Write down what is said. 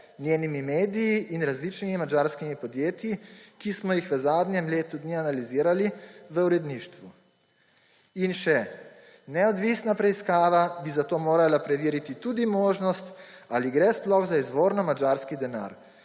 njenimi mediji in različnimi madžarskimi podjetji, ki smo jih v zadnjem letu dni analizirali v uredništvu.« In še, »Neodvisna preiskava bi zato morala preveriti tudi možnost, ali gre sploh za izvorno madžarski denar.